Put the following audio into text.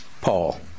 Paul